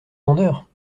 vendeur